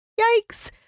Yikes